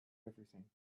everything